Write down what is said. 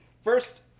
First